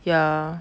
ya